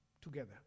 together